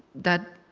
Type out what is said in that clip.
that